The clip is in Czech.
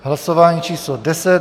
Hlasování číslo 10.